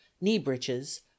knee-breeches